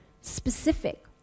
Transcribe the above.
specific